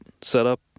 setup